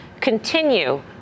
continue